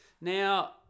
Now